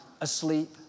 asleep